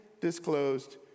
disclosed